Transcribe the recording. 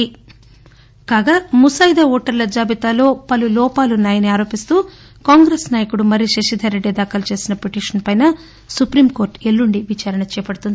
ఓటర్లు కాగా ముసాయిదా ఓటర్ల జాబితాలో పలు లోపాలున్నాయని ఆరోపిస్తూ కాంగ్రెస్ నాయకుడు మర్రి శశిధర్రెడ్డి దాఖలు చేసిన పిటిషన్పై స్పుపీంకోర్టు ఎల్లుండి విచారణ చేపట్టనుంది